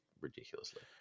ridiculously